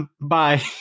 bye